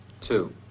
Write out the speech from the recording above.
two